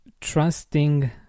trusting